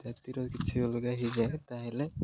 ଜାତିର କିଛି ଅଲଗା ହେଇଯାଏ ତା'ହେଲେ